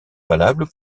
valables